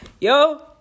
Yo